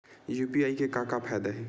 UPI के का फ़ायदा हवय?